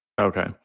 Okay